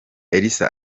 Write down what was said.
elsa